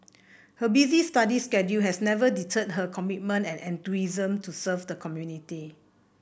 her busy study schedule has never deterred her commitment and enthusiasm to serve the community